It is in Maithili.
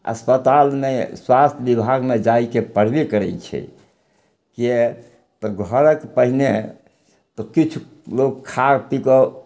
अस्पताल नहि स्वास्थ्य विभागमे जाइके पड़बे करय छै किआकि घरके पहिने किछु लोक खा पीके